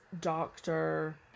doctor